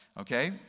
Okay